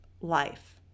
life